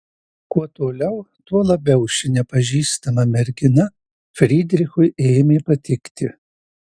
kuo toliau tuo labiau ši nepažįstama mergina frydrichui ėmė patikti